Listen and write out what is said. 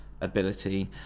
ability